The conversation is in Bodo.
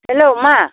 हेलौ मा